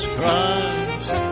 Christ